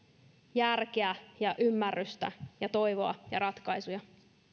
järkeä ja ymmärrystä ja toivoa ja ratkaisuja